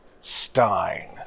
Stein